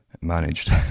managed